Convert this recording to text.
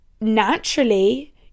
naturally